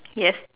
yes